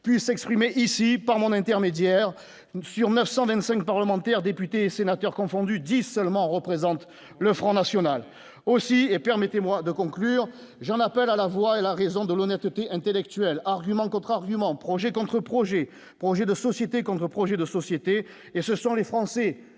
puissent exprimer ici par mon intermédiaire, sur 925 parlementaires, députés et sénateurs confondus, 10 seulement représente le Front National aussi et permettez-moi de conclure, j'en appelle à la voix et la raison de l'honnêteté intellectuelle, argument contre argument, projet contre projet, projet de société contre projet de société et ce sont les Français,